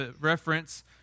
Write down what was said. reference